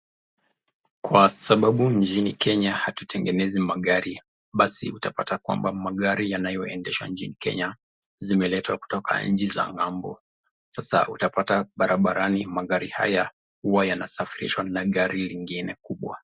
kwa sababu nchini Kenya hatutengenezi magari basi utapata kwamba magari yanayoendesha nchini Kenya zimeletwa kutoka nchi za ng'ambo. Sasa utapata barabarani magari haya huwa yanasafirishwa na gari lingine kubwa.